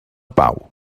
pau